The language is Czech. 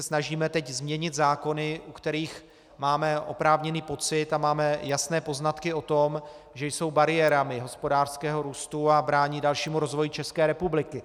Snažíme se teď změnit zákony, u kterých máme oprávněný pocit a máme jasné poznatky o tom, že jsou bariérami hospodářského růstu a brání dalšímu rozvoji České republiky.